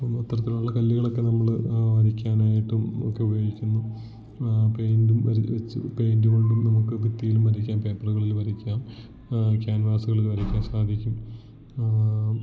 നമ്മൾ അത്തരത്തിലുള്ള കല്ലുകളൊക്കെ നമ്മള് ആ വരയ്ക്കാനായിട്ടും ഒക്കെ ഉപയോഗിക്കുന്നു പെയ്ൻറ്റും പെയ്ൻറ്റുകൊണ്ടും നമുക്ക് ഭിത്തിയിലും വരയ്ക്കാം പേപ്പറുകളില് വരയ്ക്കാം ക്യാൻവാസുകളിൽ വരയ്ക്കാൻ സാധിക്കും